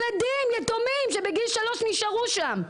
ילדים יתומים שבגיל 3 נשארו שם.